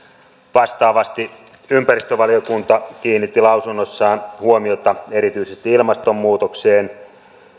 vastaavasti ympäristövaliokunta kiinnitti lausunnossaan huomiota erityisesti ilmastonmuutokseen